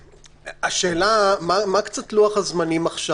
השאלה מה קצת לוח הזמנים עכשיו?